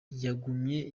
yagumye